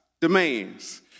demands